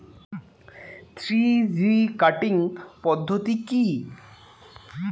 Three G cutting পদ্ধতি কি?